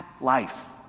life